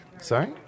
Sorry